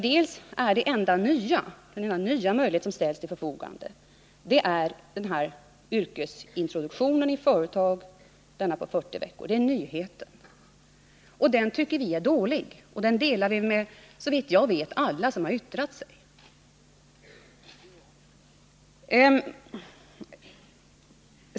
Den enda nya möjlighet som ställs till förfogande är den 40 veckors yrkesintroduktionen i företag. Den tycker vi är dålig, och den åsikten delar vi såvitt jag vet med alla som har yttrat sig.